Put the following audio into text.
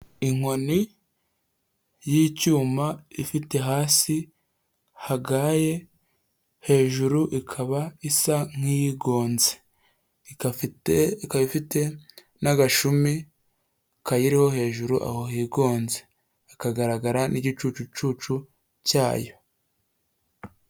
Inkoni y'icyuma ifite hasi hagaye hejuru ikaba isa nk'iyigonze ikaba ifite n'agashumi kayiriho hejuru aho higonze hagaragara n'igicucucu cyayo.